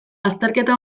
azterketa